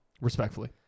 Respectfully